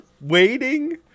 waiting